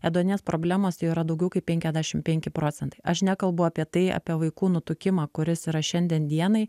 ėduonies problemos jau yra daugiau kaip penkiasdešim penki procentai aš nekalbu apie tai apie vaikų nutukimą kuris yra šiandien dienai